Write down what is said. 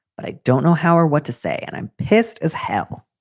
but i don't know how or what to say, and i'm pissed as hell